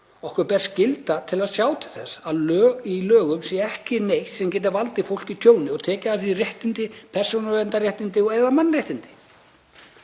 Okkur ber skylda til að sjá til þess að í lögum sé ekki neitt sem getur valdið fólki tjóni og tekið af því réttindi, persónuverndaréttindi eða mannréttindi.